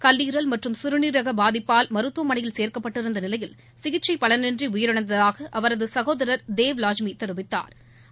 கல்லீரல் மற்றும் சிறுநீரக பாதிப்பால் மருத்துவமனையில் சேர்க்கப்பட்டிருந்த நிலையில் சிகிச்சை பலனின்றி உயிரிழ்ந்ததாக அவரது சகோதரா் தேவ் வாஜ்மி தெரிவித்தாா்